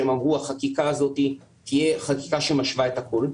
שהם אמרו: החקיקה הזאת תהיה חקיקה שמשווה את הכול.